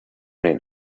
den